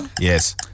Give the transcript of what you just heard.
Yes